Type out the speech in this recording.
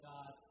God